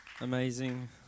Amazing